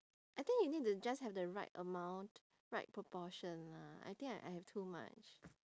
I think you need to just have the right amount right proportion lah I think I I have too much